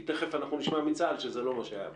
כי תיכף אנחנו נשמע מצה"ל שזה לא מה שהיה בהסכם.